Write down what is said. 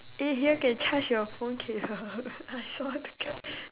eh here can charge your phone cable I also want to cha~